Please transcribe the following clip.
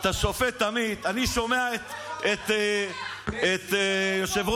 הוא עוד לא עשה את זה, אין, לא מתביישים.